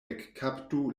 ekkaptu